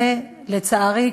ולצערי,